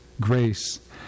Grace